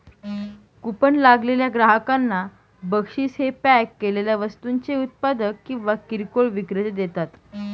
coupon लागलेल्या ग्राहकांना बक्षीस हे पॅक केलेल्या वस्तूंचे उत्पादक किंवा किरकोळ विक्रेते देतात